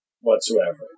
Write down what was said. whatsoever